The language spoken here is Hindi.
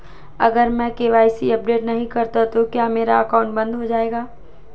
अगर मैं के.वाई.सी अपडेट नहीं करता तो क्या मेरा अकाउंट बंद हो जाएगा?